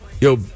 yo